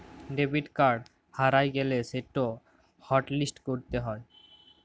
debit card হারাঁয় গ্যালে সেটকে হটলিস্ট ক্যইরতে হ্যয়